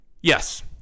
Yes